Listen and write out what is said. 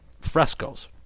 frescoes